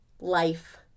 Life